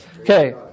Okay